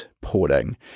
porting